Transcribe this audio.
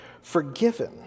forgiven